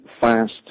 fast